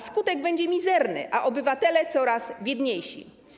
Skutek będzie mizerny, a obywatele - coraz biedniejsi.